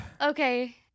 Okay